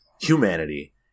humanity